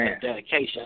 dedication